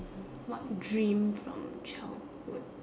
what dream from childhood